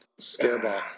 Scareball